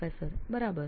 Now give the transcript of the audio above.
પ્રાધ્યાપક બરાબર